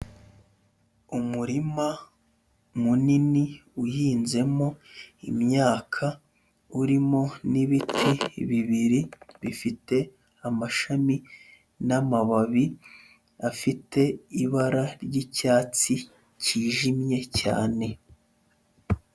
Umurima munini uhinzemo imyaka, urimo n'ibiti bibiri ,bifite amashami n'amababi afite ibara ry'icyatsi kijimye cyane.